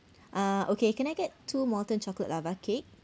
ah okay can I get two molten chocolate lava cake